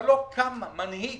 אבל לא קם מנהיג